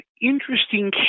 interesting